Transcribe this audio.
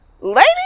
Lady